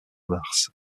mars